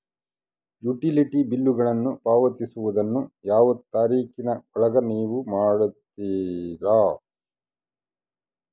Utility ಬಿಲ್ಲುಗಳನ್ನು ಪಾವತಿಸುವದನ್ನು ಯಾವ ತಾರೇಖಿನ ಒಳಗೆ ನೇವು ಮಾಡುತ್ತೇರಾ?